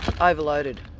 Overloaded